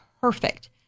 perfect